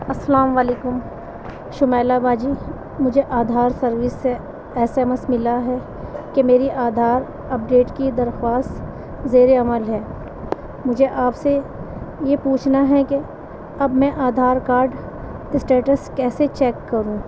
السلام علیکم شمائلہ باجی مجھے آدھار سروس سے ایس ایم ایس ملا ہے کہ میری آدھار اپ ڈیٹ کی درخواست زیرِ عمل ہے مجھے آپ سے یہ پوچھنا ہے کہ اب میں آدھار کارڈ اسٹیٹس کیسے چیک کروں